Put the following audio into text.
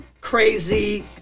crazy